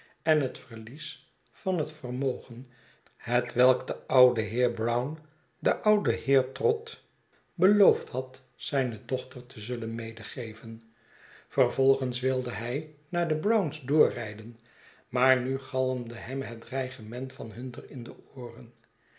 en het verlies vanhetvermogen hetwelk de oude heer brown den ouden heer trott beloofd had zijne dochter te zulien medegeven vervolgens wilde hij naar de brown's doorrijden maar nu galmde hem het dreigement van hunter in de ooren